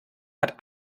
hat